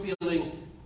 feeling